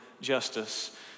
justice